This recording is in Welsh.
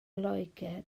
loegr